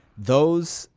those,